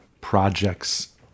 projects